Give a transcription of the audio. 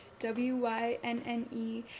w-y-n-n-e